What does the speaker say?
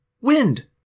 wind